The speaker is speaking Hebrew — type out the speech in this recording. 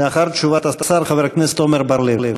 לאחר תשובת השר, חבר הכנסת עמר בר-לב.